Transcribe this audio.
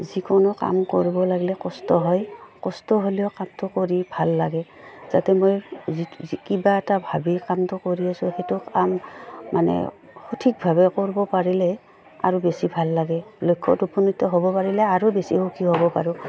যিকোনো কাম কৰিব লাগিলে কষ্ট হয় কষ্ট হ'লেও কামটো কৰি ভাল লাগে যাতে মই যি কিবা এটা ভাবি কামটো কৰি আছোঁ সেইটো কাম মানে সঠিকভাৱে কৰিব পাৰিলে আৰু বেছি ভাল লাগে লক্ষ্যত উপনীত হ'ব পাৰিলে আৰু বেছি সুখী হ'ব পাৰোঁ